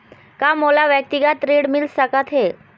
का मोला व्यक्तिगत ऋण मिल सकत हे?